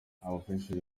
abafashwe